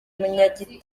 umunyagitugu